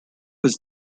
his